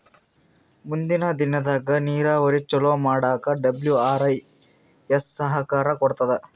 ಮುಂದಿನ್ ದಿನದಾಗ್ ನೀರಾವರಿ ಚೊಲೋ ಮಾಡಕ್ ಡಬ್ಲ್ಯೂ.ಆರ್.ಐ.ಎಸ್ ಸಹಕಾರ್ ಕೊಡ್ತದ್